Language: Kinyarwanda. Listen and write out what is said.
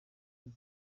zayo